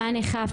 מה נאכף?